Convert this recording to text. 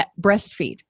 breastfeed